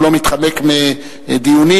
הוא לא מתחמק מדיונים.